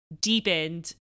deepened